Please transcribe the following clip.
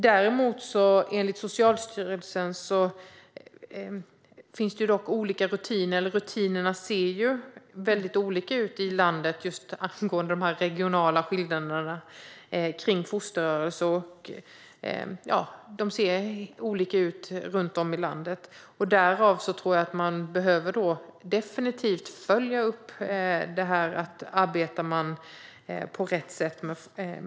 Däremot ser rutinerna olika ut runt om i landet, enligt Socialstyrelsen, just angående de regionala skillnaderna när det gäller fosterrörelser. Därav tror jag att det definitivt behöver följas upp om man arbetar på rätt sätt.